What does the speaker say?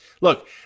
Look